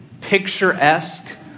picturesque